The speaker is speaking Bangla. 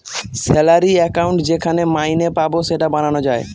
স্যালারি একাউন্ট যেখানে মাইনে পাবো সেটা বানানো যায়